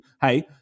hey